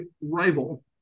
rival